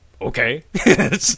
okay